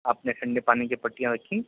آپ نے ٹھنڈے پانی کی پٹیاں رکھیں